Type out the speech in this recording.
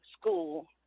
school